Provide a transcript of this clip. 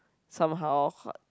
somehow